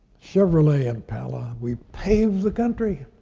chevrolet impala. we pave the country,